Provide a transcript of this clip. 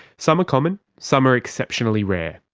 some are common, some are exceptionally rare,